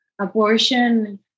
Abortion